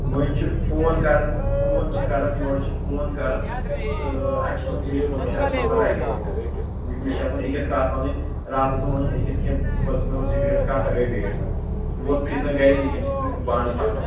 مٔنٛزۍ چھِ فون کَران فون چھِ کَران یورٕ چھِ فون کَران تہٕ اَسہِ چھِ آسان بیٚیہِ پانٛژھ شےٚ نمبر رَلیمٕتۍ مےٚ چھِ آسان أکِس کَتھ وَنٕنۍ راتھ ٲسٕم وَنٕنۍ أکِس کینٛہہ پٔرسٕنَل سِکرِٹ کَتھ سۄ گٔیہِ بیٚیِس ووٚتھ فِتنہٕ گرِ وٕنۍکٮ۪ن چھِ بانہٕ پَتھر